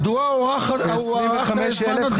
מדוע הוארך זמן הדיון?